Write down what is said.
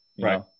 right